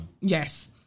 Yes